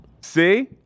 See